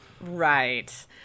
Right